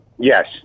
Yes